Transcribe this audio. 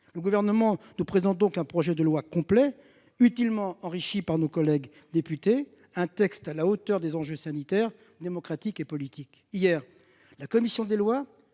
Le Gouvernement nous présente donc un projet de loi complet, utilement enrichi par nos collègues députés, un texte à la hauteur des enjeux sanitaires, démocratiques et politiques.